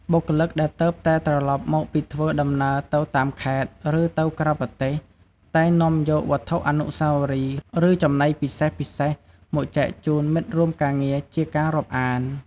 បុគ្គលិកដែលទើបតែត្រឡប់មកពីធ្វើដំណើរទៅតាមខេត្ត ឬទៅក្រៅប្រទេស តែងនាំយក វត្ថុអនុស្សាវរីយ៍ ឬ ចំណីពិសេសៗ មកចែកជូនមិត្តរួមការងារជាការរាប់អាន។